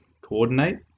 Coordinate